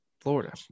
Florida